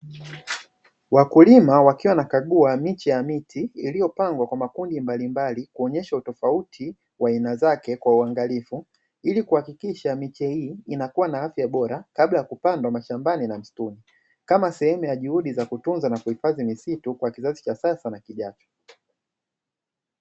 Wakulima wakiwa na kagua miche ya miti iliyopangwa kwa makundi mbalimbali kuonyesha utofauti wa aina zake kwa uangalifu, ili kuhakikisha miche hii inakuwa na afya bora kabla ya kupandwa mashambani na msituni, kama sehemu ya juhudi za kutunza na kuhifadhi misitu kwa kizazi cha sasa na kijacho.